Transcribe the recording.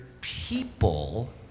people